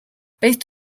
based